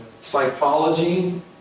psychology